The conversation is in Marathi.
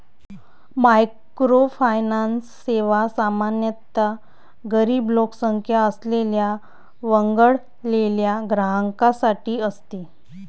मायक्रोफायनान्स सेवा सामान्यतः गरीब लोकसंख्या असलेल्या वगळलेल्या ग्राहकांसाठी असते